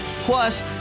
Plus